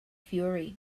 fury